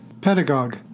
pedagogue